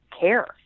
care